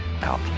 out